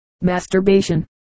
masturbation